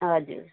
हजुर